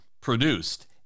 produced